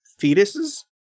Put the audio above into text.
fetuses